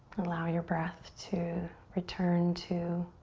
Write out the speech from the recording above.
allow your breath to return to